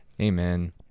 Amen